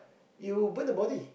you burn the body